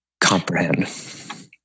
comprehend